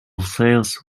sales